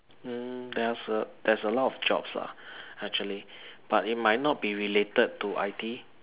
mm there's a there's a lot of jobs lah actually but they may not be related to I_T